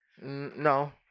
No